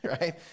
right